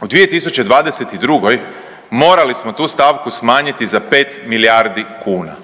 U 2022. morali smo tu stavku smanjiti za 5 milijardi kuna.